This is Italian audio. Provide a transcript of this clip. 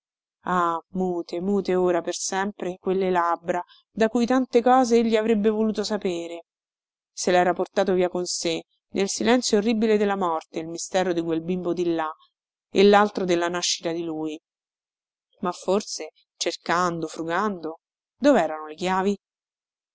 ah mute mute ora per sempre quelle labbra da cui tante cose egli avrebbe voluto sapere se lera portato via con sé nel silenzio orribile della morte il mistero di quel bimbo di là e laltro della nascita di lui ma forse cercando frugando doverano le chiavi